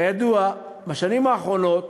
כידוע, בשנים האחרונות